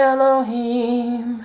Elohim